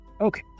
Okay